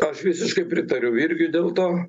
aš visiškai pritariu virgiui dėl to